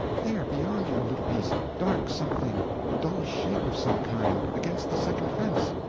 there beyond you a little piece dark something a dull shape of some kind against the second fence.